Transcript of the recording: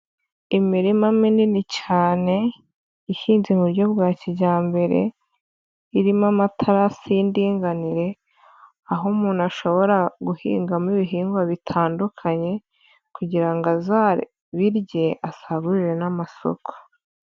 Imirima minini cyane, ihinze mu buryo bwa kijyambere, irimo amatarasi y'indinganire, aho umuntu ashobora guhingamo ibihingwa bitandukanye kugira ngo azabirye asagurire n'amasoko.